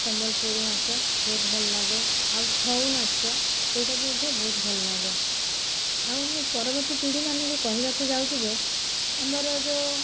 ସମ୍ବଲପୁରୀ ନାଚ ବହୁତ ଭଲ ଲାଗେ ଆଉ ଛଉ ନାଚ ସେଇଟା ବି ମଧ୍ୟ ବହୁତ ଭଲ ଲାଗେ ଆଉ ମୁଁ ପରବର୍ତ୍ତୀ ପିଢ଼ିମାନଙ୍କୁ କହିବାକୁ ଯାଉଛି ଯେ ଆମର ଯେଉଁ